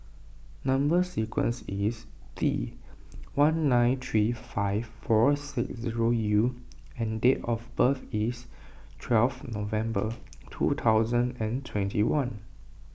Number Sequence is T one nine three five four six zero U and date of birth is twelve November two thousand and twenty one